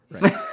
right